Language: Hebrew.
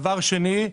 דבר שני,